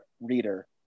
reader